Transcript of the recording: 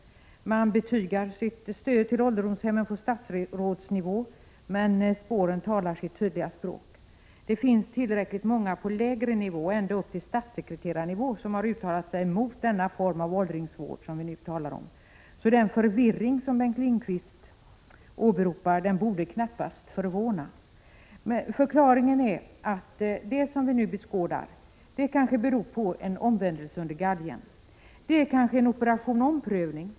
På statsrådsnivå betygar man sitt stöd till ålderdomshemmen, men spåren talar sitt tydliga språk. Det finns tillräckligt många på lägre nivå, ända upp till statssekreterarnivå, som har uttalat sig mot den form av åldringsvård som vi nu talar om. Den förvirring som Bengt Lindqvist åberopar borde därför knappast förvåna. Förklaringen är kanske att det som vi nu beskådar är resultatet av en Prot. 1986/87:104 omvändelse under galgen. Det är kanske en operation omprövning.